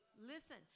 listen